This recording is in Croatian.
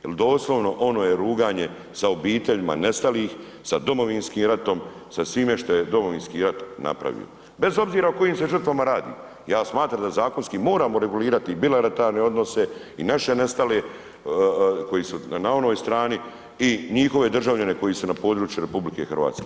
Jer doslovno, ono je ruganje sa obiteljima nestalih, sa Domovinskim ratom, sa svima što je Domovinski rat napravio, bez obzira o kojim se žrtvama radi, ja smatram da zakonski moramo regulirati bilateralne odnose i naše nestale koji su na onoj strani i njihove državljane koji su na području RH.